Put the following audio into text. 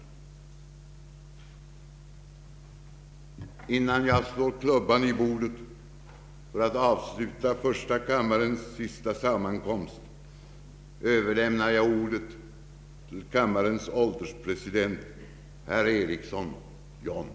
Innan jag slår klubban i bordet för att avsluta första kammarens sista sammankomst överlämnar jag ordet till kammarens ålderspresident herr John Ericsson.